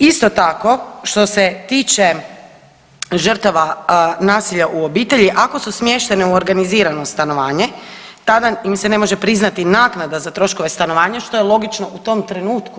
Isto tako, što se tiče žrtava nasilja u obitelji ako su smještene u organizirano stanovanje tada im se ne može priznati naknada za troškove stanovanja što je logično u tom trenutku.